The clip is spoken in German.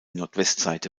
nordwestseite